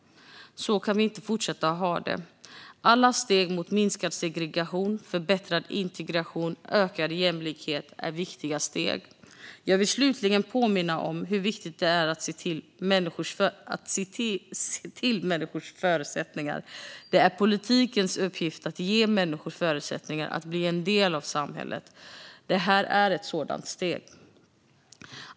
Så kan vi inte fortsätta att ha det. Alla steg mot minskad segregation, förbättrad integration och ökad jämlikhet är viktiga steg. Jag vill slutligen påminna om hur viktigt det är att se till människors förutsättningar. Det är politikens uppgift att ge människor förutsättningar att bli en del av samhället. Detta är ett sådant steg.